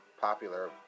popular